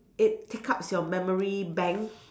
it takes up your memory banks